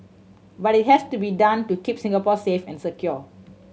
but it has to be done to keep Singapore safe and secure